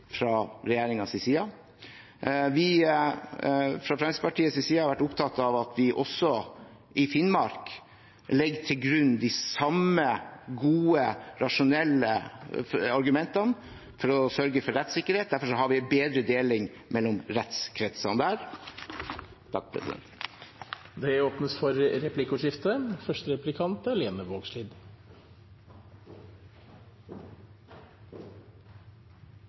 fra regjeringens side. Vi fra Fremskrittspartiets side har vært opptatt av at vi også i Finnmark legger til grunn de samme gode, rasjonelle argumentene for å sørge for rettssikkerhet. Derfor har vi en bedre deling mellom rettskretsene der.